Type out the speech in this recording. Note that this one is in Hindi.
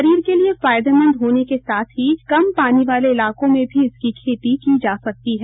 शरीर के लिए फायदेमंद होने के साथ ही कम पानी वाले इलाकों भी इसकी खेती की जा सकती है